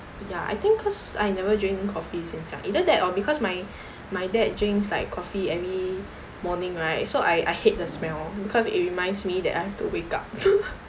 ya I think cause I never drink coffee since young either that or because my my dad drinks like coffee every morning right so I I hate the smell because it reminds me that I have to wake up